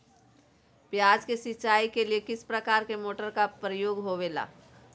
प्याज के सिंचाई के लिए किस प्रकार के मोटर का प्रयोग होवेला?